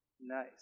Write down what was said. nice